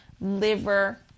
liver